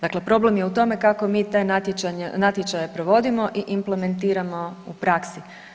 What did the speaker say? Dakle, problem je u tome kako mi te natječaje provodimo i implementiramo u praksi.